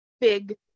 big